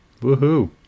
Woohoo